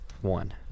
one